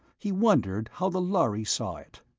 he wondered how the lhari saw it.